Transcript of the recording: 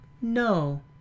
no